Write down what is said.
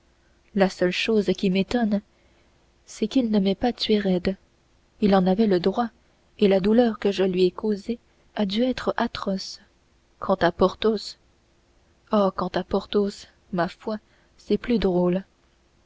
la seule chose qui m'étonne c'est qu'il ne m'ait pas tué roide il en avait le droit et la douleur que je lui ai causée a dû être atroce quant à porthos oh quant à porthos ma foi c'est plus drôle